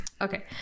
Okay